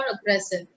aggressive